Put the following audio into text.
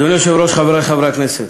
אדוני היושב-ראש, חברי חברי הכנסת,